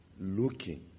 looking